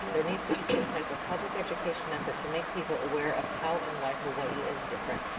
there needs to be some typed of public education effort to make people aware of how and why hawai'i is different.